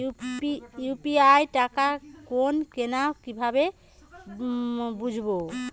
UPI টাকা গোল কিনা কিভাবে বুঝব?